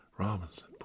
Robinson